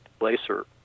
laser